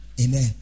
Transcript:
Amen